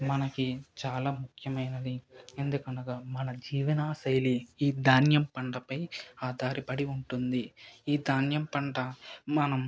మనకి చాలా ముఖ్యమైనది ఎందుకనగా మన జీవన శైలి ఈ ధాన్యం పంటపై ఆధారపడి ఉంటుంది ఈ ధాన్యం పంట మనం